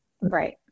Right